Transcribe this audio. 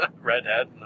Redhead